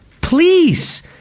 Please